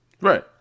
right